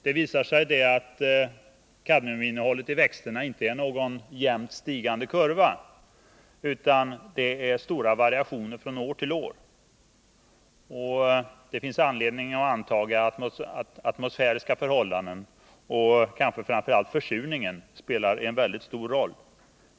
Det visar sig att kadmiuminnehållet i växterna inte följer någon jämnt stigande kurva, utan det är stora variationer från år till år. Det finns anledning att anta att atmosfäriska förhållanden och kanske framför allt försurningen spelar en väldigt stor roll.